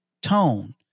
tone